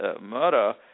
murder